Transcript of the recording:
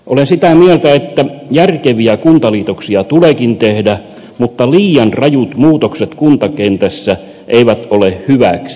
olen sitä mieltä että järkeviä kuntaliitoksia tuleekin tehdä mutta liian rajut ja liian nopeasti tehdyt muutokset kuntakentässä eivät ole hyväksi